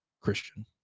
Christian